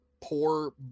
poor